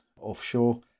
offshore